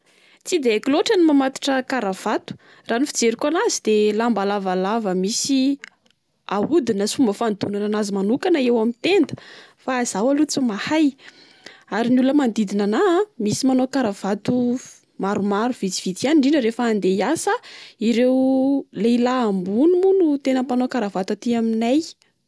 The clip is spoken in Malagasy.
Tsy dia haiko loatra ny mamatotra karavato. Raha ny fijeriko anazy de lamba lavalava misyahodina sy misy fomba fanodonana anazy manokana eo amin'ny tenda, fa izaho aloha tsy mahay. Ary ny olona manodidina anà a misy manao karavato maromaro vitsivitsy ihany indrindra rehefa andeha hiasa ireo lehilahy ambony moa no tena manao karavato aty aminay.